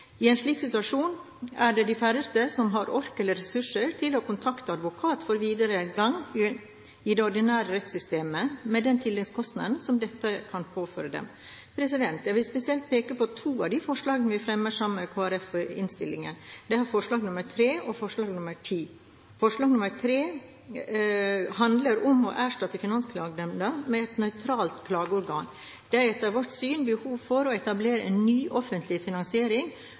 de færreste som har ork eller ressurser til å kontakte advokat for videre gang i det ordinære rettssystemet, med den tilleggskostnaden som dette kan påføre dem. Jeg vil spesielt peke på to av de forslagene vi fremmer sammen med Kristelig Folkeparti i innstillingen. Det er forslagene nr. 3 og nr. 10. Forslag nr. 3 handler om å erstatte Finansklagenemnda med et nøytralt klageorgan. Det er etter vårt syn behov for å etablere en ny offentlig